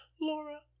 Laura